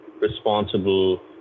responsible